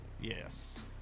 Yes